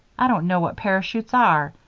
i don't know what parachutes are,